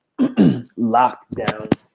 lockdown